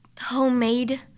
homemade